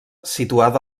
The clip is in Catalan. situada